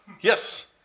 Yes